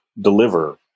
deliver